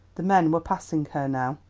the men were passing her now.